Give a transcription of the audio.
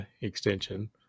extension